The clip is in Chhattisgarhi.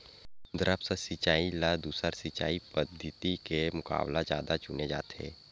द्रप्स सिंचाई ला दूसर सिंचाई पद्धिति के मुकाबला जादा चुने जाथे